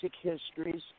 histories